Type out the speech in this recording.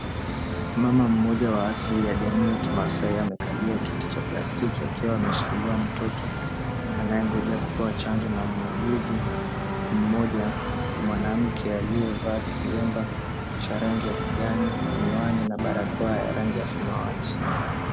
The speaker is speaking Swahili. Mama mmoja wa asili ya jamii ya maasai amekalia kiti cha plastiki akiwa ameshikilia mtoto anayengoja kupewa chanjo na muuguzi mmoja mwanamke aliyevaa kilemba cha rangi ya kijani, miwani na barakoa ya rangi ya samawati.